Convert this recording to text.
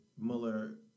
Mueller